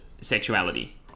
sexuality